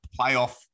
playoff